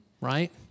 right